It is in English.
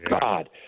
God